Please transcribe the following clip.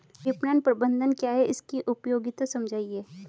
विपणन प्रबंधन क्या है इसकी उपयोगिता समझाइए?